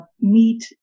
meet